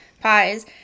pies